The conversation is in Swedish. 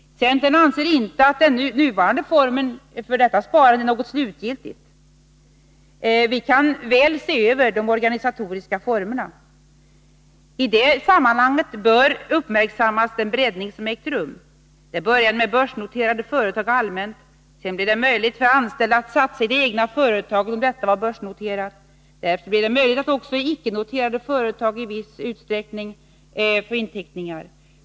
Centern anser inte att den nuvarande formen för detta sparande är något slutgiltigt. Vi kan mycket väl se över de organisatoriska formerna. I det sammanhanget bör den breddning som ägt rum uppmärksammas. Det började med börsnoterade företag allmänt, sedan blev det möjligt för anställda att satsa i det egna företaget om detta var börsnoterat. Därefter blev det i viss utsträckning möjligt att även få inteckningar i icke noterade företag.